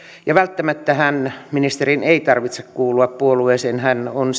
ja välttämättähän ministerin ei tarvitse kuulua puolueeseen hän on